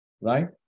right